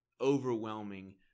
overwhelming